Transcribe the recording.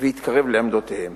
והתקרב לעמדותיהם.